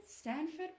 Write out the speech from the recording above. Stanford